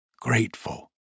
grateful